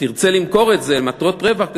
כשתרצה למכור את זה למטרות רווח אתה